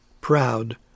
Proud